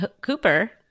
Cooper